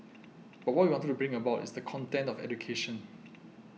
but what we wanted to bring about is the content of education